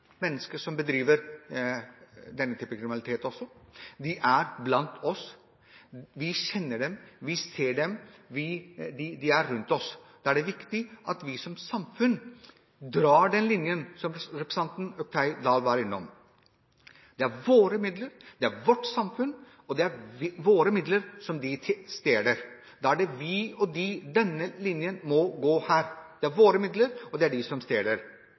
mennesker som bedriver denne typen kriminalitet også. De er blant oss, vi kjenner dem, vi ser dem – de er rundt oss. Da er det viktig at vi som samfunn drar den linjen, som representanten Oktay Dahl var innom. Det er våre midler, det er vårt samfunn og det er våre midler de stjeler, og denne linjen må gå her. Det er våre midler, og det er de som